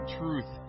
truth